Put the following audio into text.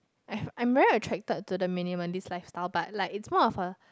I'm I'm very attracted to the minimalist lifestyle but like it's more of a